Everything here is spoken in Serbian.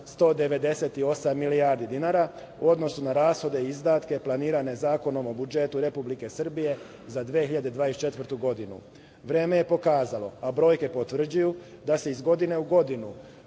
198 milijardi dinara u odnosu na rashode i izdatke planirane Zakonom o budžetu Republike Srbije za 2024. godinu. Vreme je pokazalo, a brojke potvrđuju da se iz godine u godinu